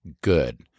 Good